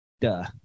duh